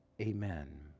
amen